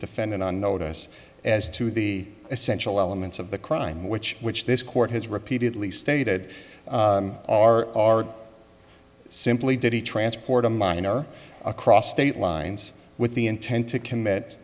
defendant on notice as to the essential elements of the crime which which this court has repeatedly stated are are simply did he transport a minor across state lines with the intent to commit